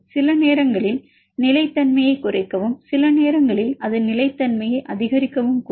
சில நேரங்களில் நிலைத்தன்மையைக் குறைக்கவும் சில நேரங்களில் அது நிலைத்தன்மையை அதிகரிக்கவும் கூடும்